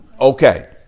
okay